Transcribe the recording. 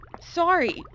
Sorry